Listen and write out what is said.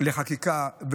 לחקיקה,